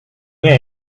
nie